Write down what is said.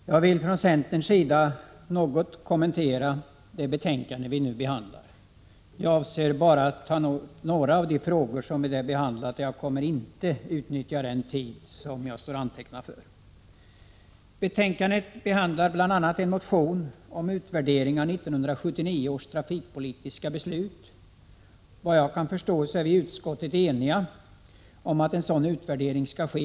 Herr talman! Jag vill från centerns sida något kommentera det betänkande vi nu behandlar. Jag avser bara att ta upp ett par av de frågor som vi där behandlat, och jag kommer inte att utnyttja den tid som jag står antecknad för. Betänkandet behandlar bl.a. en motion angående utvärdering av 1979 års trafikpolitiska beslut. Såvitt jag kan förstå är vi i utskottet eniga om att en sådan utvärdering skall ske.